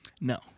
No